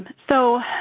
so,